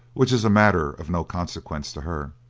which is a matter of no consequence to her,